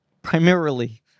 primarily